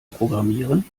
programmieren